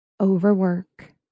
Overwork